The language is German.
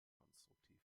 konstruktiv